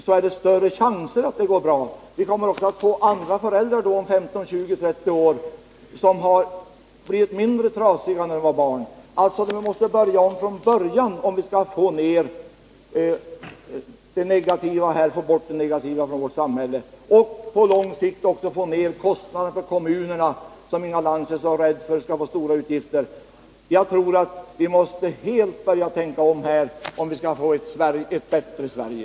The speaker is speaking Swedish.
Vi kommer då också om 15, 20 eller 30 år att få andra föräldrar, som har blivit mindre trasiga när de var barn. Vi måste börja om från början, om vi skall få bort det negativa från vårt samhälle och på lång sikt också få ner kostnaderna för kommunerna. Inga Lantz är ju så rädd för att kommunerna skall få stora utgifter. Jag tror att vi helt måste börja tänka om, om vi skall få ett bättre Sverige.